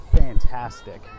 Fantastic